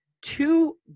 two